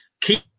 keep